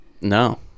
No